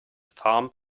farm